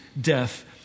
death